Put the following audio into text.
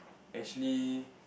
actually